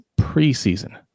preseason